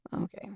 Okay